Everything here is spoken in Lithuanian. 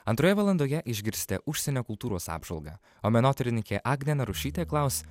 antroje valandoje išgirsite užsienio kultūros apžvalgą o menotyrininkė agnė narušytė klaus